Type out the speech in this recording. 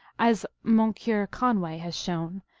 as moncure conway has shown,